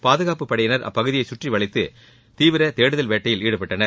பாதுகாப்புப் படையினர் அப்பகுதியை கற்றி வளைத்து தீவிர தேடுதல் வேட்டையில் ஈடுபட்டனர்